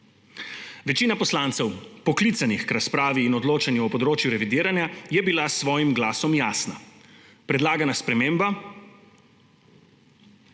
Večina poslancev, poklicanih k razpravi in odločanju o področju revidiranja, je bila s svojim glasom jasna. Predlagana sprememba